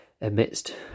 amidst